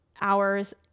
hours